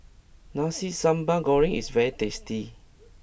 Nasi Sambal Goreng is very tasty